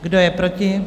Kdo je proti?